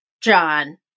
John